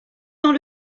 dans